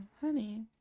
Honey